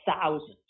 thousands